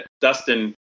Dustin